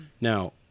Now